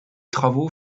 travaux